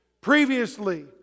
Previously